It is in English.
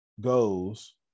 goes